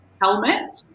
helmet